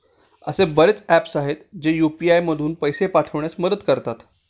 असे बरेच ऍप्स आहेत, जे यू.पी.आय मधून पैसे पाठविण्यास मदत करतात